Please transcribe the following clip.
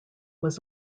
was